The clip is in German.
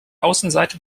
außenseite